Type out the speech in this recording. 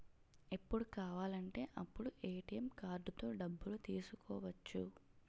ఎప్పుడు కావాలంటే అప్పుడు ఏ.టి.ఎం కార్డుతో డబ్బులు తీసుకోవచ్చు